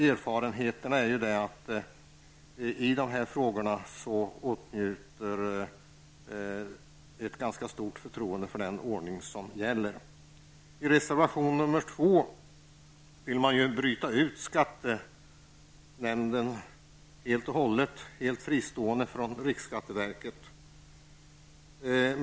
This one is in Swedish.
Erfarenheterna i de här frågorna är att det finns ett ganska stort förtroende för den ordning som gäller. I reservation nr 2 vill man att skatterättsnämnden skall vara helt fristående från riksskatteverket.